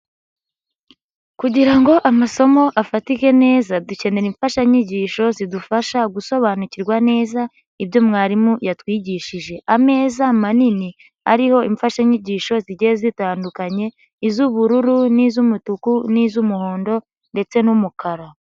Kugira ngo amasomo afatike neza dukenera imfashanyigisho zidufasha gusobanukirwa neza ibyo mwarimu yatwigishije. Ameza manini ariho imfashanyigisho zigiye zitandukanye iz'ubururu n'iz'umutuku n'iz'umuhondo ndetse n'umukara.